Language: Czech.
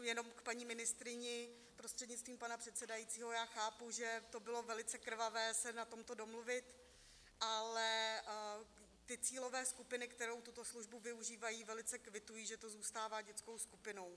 Jenom k paní ministryni, prostřednictvím pana předsedajícího: chápu, že to bylo velice krvavé se na tomto domluvit, ale cílové skupiny, které tuto službu využívají, velice kvitují, že to zůstává dětskou skupinou.